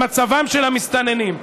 למצבם של המסתננים.